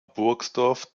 burgdorf